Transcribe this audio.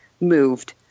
moved